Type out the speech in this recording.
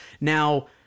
Now